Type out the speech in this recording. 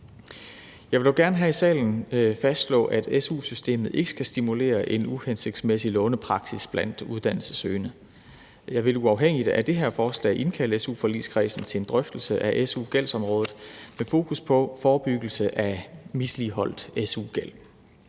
Jeg vil dog gerne her i salen fastslå, at su-systemet ikke skal stimulere en uhensigtsmæssig lånepraksis blandt uddannelsessøgende. Jeg vil uafhængigt af det her forslag indkalde su-forligskredsen til en drøftelse af su-gældsområdet med fokus på forebyggelse af misligholdt su-gæld.